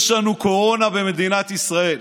יש לנו קורונה במדינת ישראל,